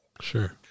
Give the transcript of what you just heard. Sure